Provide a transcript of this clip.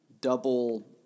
double